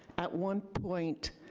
at one point,